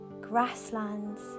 Grasslands